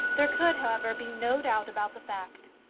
there could, however, be no doubt about the fact.